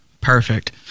Perfect